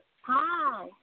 Hi